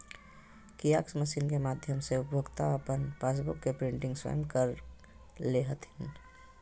kiosk machine के माध्यम से उपभोक्ता अपन पासबुक के प्रिंटिंग स्वयं कर ले हथिन